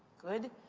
good.